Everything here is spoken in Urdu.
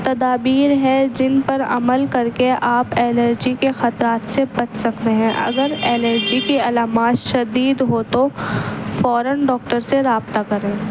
تدابیر ہے جن پر عمل کر کے آپ الرجی کے خطرات سے بچ سکتے ہیں اگر الرجی کے علامات شدید ہو تو فوراً ڈاکٹر سے رابطہ کریں